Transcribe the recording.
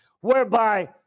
whereby